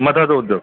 मधाचा उद्योग